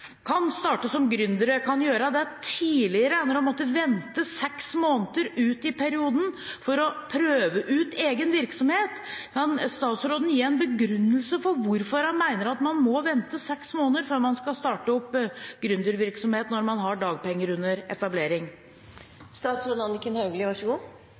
kan starte som gründere, får gjøre det tidligere og ikke må vente i seks måneder ut i perioden for å prøve ut egen virksomhet, kan statsråden gi en begrunnelse for hvorfor hun mener man må vente i seks måneder før man kan starte opp gründervirksomhet når man har dagpenger under